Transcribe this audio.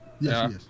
Yes